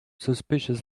suspicious